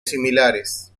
similares